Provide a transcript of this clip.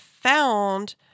found